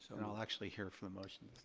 so and i'll actually hear for the motions.